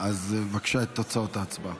בבקשה, תוצאות ההצבעה.